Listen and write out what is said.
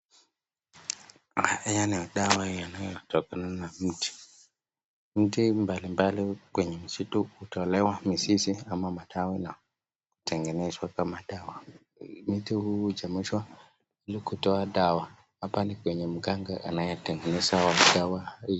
Haya ni madawa yanayotokana na mti. Mti mbali mbali kwenye msitu hutolewa mizizi kama madawa na hutengenezwa kama madawa. Mti huu huchemshwa ili kutoa dawa. Hapa ni kwenye mganga anayetengeneza dawa hii.